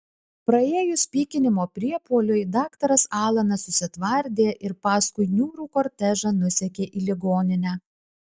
praėjus pykinimo priepuoliui daktaras alanas susitvardė ir paskui niūrų kortežą nusekė į ligoninę